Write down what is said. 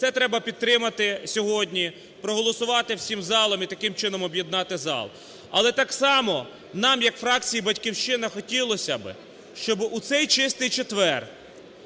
Це треба підтримати сьогодні, проголосувати всім залом і таким чином об'єднати зал. Але так само нам як фракції "Батьківщина" хотілося би, щоби у цей Чистий четвер